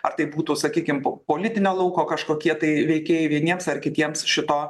ar tai būtų sakykim po politinio lauko kažkokie tai veikėjai vieniems ar kitiems šito